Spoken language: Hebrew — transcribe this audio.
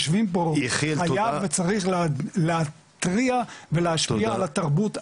כל אחד מהיושבים פה חייב וצריך להתריע ולהשפיע על התרבות,